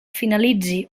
finalitzi